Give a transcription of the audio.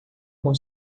com